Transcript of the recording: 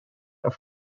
for